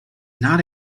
not